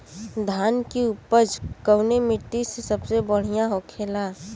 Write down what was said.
धान की उपज कवने मिट्टी में सबसे बढ़ियां होखेला?